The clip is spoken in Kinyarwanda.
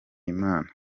imana